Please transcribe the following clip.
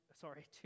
sorry